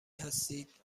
هستید